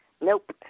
Nope